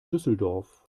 düsseldorf